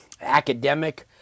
academic